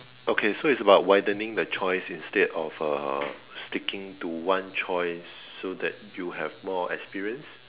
okay so is about widening the choice instead of uh sticking to one choice so that you have more experience